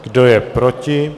Kdo je proti?